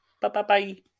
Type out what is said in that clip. Bye-bye-bye